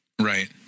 Right